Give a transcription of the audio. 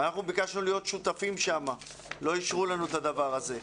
אנחנו ביקשנו להיות שותפים שם ולא אישרו לנו את הדבר הזה.